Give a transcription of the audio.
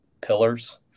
pillars